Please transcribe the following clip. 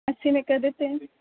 اَسی میں کر دیتے ہیں